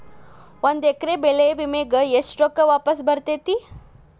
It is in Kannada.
ಒಂದು ಎಕರೆ ಬೆಳೆ ವಿಮೆಗೆ ಎಷ್ಟ ರೊಕ್ಕ ವಾಪಸ್ ಬರತೇತಿ?